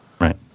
Right